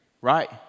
right